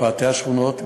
בפאתי השכונות.